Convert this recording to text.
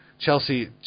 Chelsea